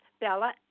Bella